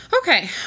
okay